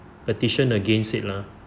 petition against it lah